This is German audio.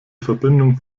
verbindung